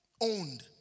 owned